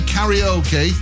Karaoke